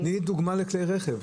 דוגמה לכלי רכב.